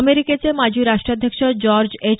अमेरिकेचे माजी राष्ट्राध्यक्ष जॉर्ज एच